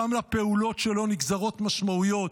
גם מהפעולות שלו נגזרות משמעויות.